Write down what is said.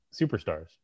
superstars